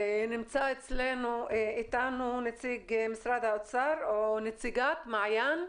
נמצאת איתנו נציגת משרד האוצר, מעין.